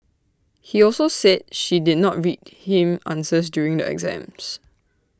he also said she did not read him answers during the exams